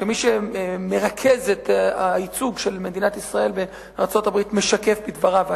שמי שמרכז את הייצוג של מדינת ישראל בארצות-הברית משקף בדבריו,